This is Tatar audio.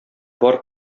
бар